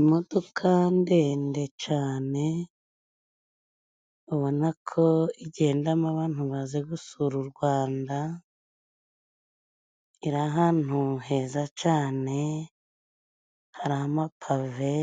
Imodoka ndende cane, ubona ko igendamo abantu baje gusura u Rwanda, iri ahantu heza cane, hari ama pave,